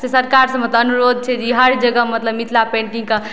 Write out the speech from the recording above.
से सरकारसँ मतलब अनुरोध छै जे ई हर जगह मतलब मिथिला पेन्टिंगके